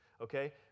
okay